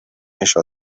benshi